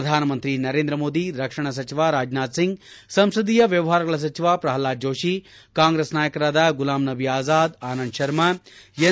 ಪ್ರಧಾನಮಂತ್ರಿ ನರೇಂದ್ರ ಮೋದಿ ರಕ್ಷಣಾ ಸಚಿವ ರಾಜನಾಥ್ ಸಿಂಗ್ ಸಂಸದೀಯ ವ್ವವಹಾರಗಳ ಸಚಿವ ಪ್ರಹ್ಲಾದ್ ಜೋಷಿ ಕಾಂಗ್ರೆಸ್ ನಾಯಕರಾದ ಗುಲಾಂ ನಬಿ ಅಜಾದ್ ಆನಂದ್ ಶರ್ಮಾ ಎನ್